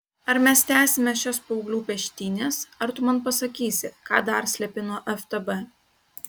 ar mes tęsime šias paauglių peštynes ar tu man pasakysi ką dar slepi nuo ftb